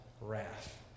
wrath